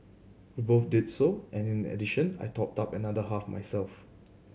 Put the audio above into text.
we both did so and in addition I topped up another half myself